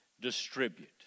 distribute